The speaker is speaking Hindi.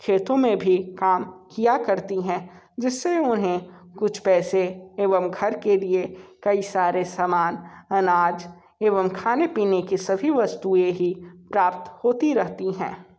खेतों में भी काम किया करती हैं जिस से उन्हें कुछ पैसे एवं घर के लिए कई सारे सामान अनाज एवं खाने पीने की सभी वस्तुएँ भी प्राप्त होती रहती हैं